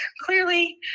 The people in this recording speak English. clearly